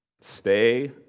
Stay